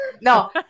no